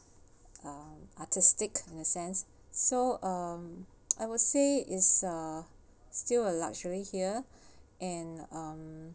ar~ artistic in a sense so um I would say is uh still a luxury here and um